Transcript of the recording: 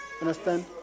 Understand